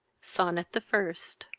sonnet the first.